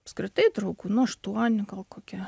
apskritai draugų nu aštuoni gal kokie